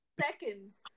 seconds